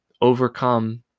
overcome